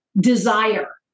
desire